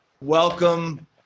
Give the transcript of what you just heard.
Welcome